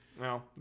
No